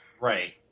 Right